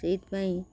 ସେଇଥିପାଇଁ